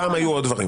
פעם היו עוד דברים.